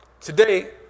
today